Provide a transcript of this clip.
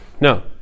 No